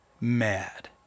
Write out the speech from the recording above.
mad